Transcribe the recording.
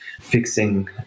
fixing